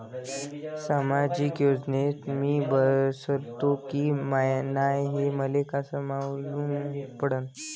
सामाजिक योजनेत मी बसतो की नाय हे मले कस मालूम पडन?